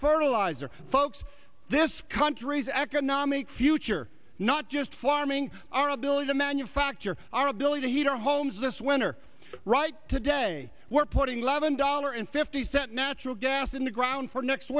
fertilizer folks this country's economic future not just forming our ability to manufacture our ability to heat our homes this winter right today we're putting levon dollar and fifty cent natural gas in the ground for next